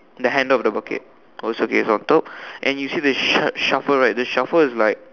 the hand of the bucket oh it's okay it's on top and you see the shov~ shovel right the shovel is like